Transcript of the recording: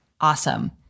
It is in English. Awesome